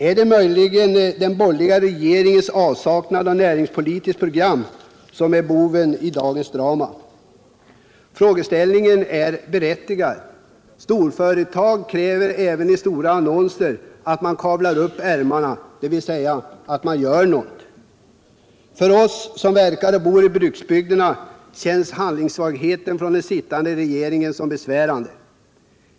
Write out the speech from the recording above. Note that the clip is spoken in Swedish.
Är det möjligen den borgerliga regeringens avsaknad av näringspolitiskt program som är boven i dagens drama? Frågeställningen är berättigad. Storföretag kräver även i stora annonser att vi ”kavlar upp ärmarna”, dvs. att något görs. För oss som verkar och bor i bruksbygderna känns handlingssvagheten hos den sittande regerigen besvärande.